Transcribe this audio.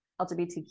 LGBTQ